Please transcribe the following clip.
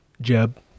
Jeb